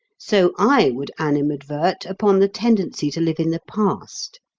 so i would animadvert upon the tendency to live in the past.